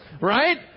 Right